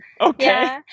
okay